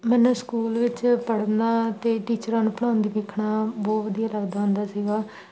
ਮੈਨੂੰ ਸਕੂਲ ਵਿੱਚ ਪੜ੍ਹਨਾ ਅਤੇ ਟੀਚਰਾਂ ਨੂੰ ਪੜ੍ਹਾਉਂਦੇ ਵੇਖਣਾ ਬਹੁਤ ਵਧੀਆ ਲੱਗਦਾ ਹੁੰਦਾ ਸੀਗਾ